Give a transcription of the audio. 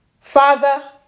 Father